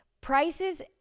prices